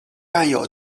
占有